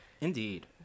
indeed